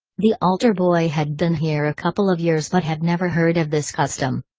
the altar boy had been here a couple of years but had never heard of this custom.